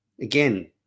again